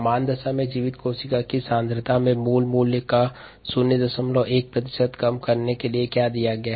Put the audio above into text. सामान दशा में जीवित कोशिका सांद्रता में मूल मान का 01 प्रतिशत् कम करने के लिए क्या दिया गया है